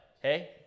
hey